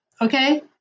Okay